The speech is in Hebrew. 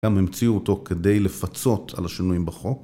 גם המציאו אותו כדי לפצות על השינויים בחוק.